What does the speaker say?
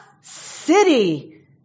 city